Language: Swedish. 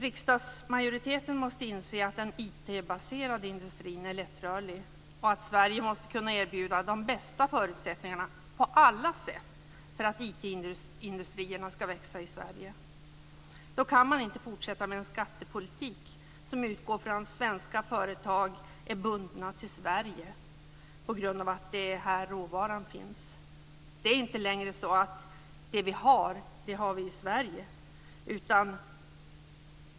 Riksdagsmajoriteten måste inse att den IT baserade industrin är lättrörlig och att Sverige måste kunna erbjuda de bästa förutsättningarna på alla sätt för att IT-industrierna skall växa i Sverige. Då kan man inte fortsätta med en skattepolitik som utgår från att svenska företag är bundna till Sverige på grund av att råvaran finns här. Det är inte längre så att det vi har finns i Sverige.